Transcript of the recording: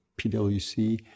PwC